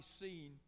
seen